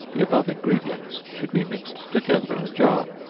the above ingredients should be mixed together in a jar,